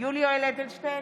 יולי יואל אדלשטיין,